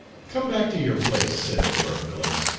come back to your place, said medora phillips.